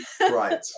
Right